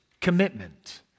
commitment